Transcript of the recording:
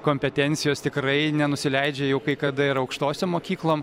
kompetencijos tikrai nenusileidžia jau kai kada ir aukštosiom mokyklom